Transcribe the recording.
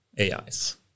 AIs